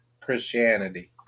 Christianity